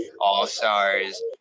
All-stars